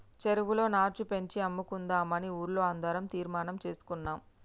చెరువులో నాచు పెంచి అమ్ముకుందామని ఊర్లో అందరం తీర్మానం చేసుకున్నాం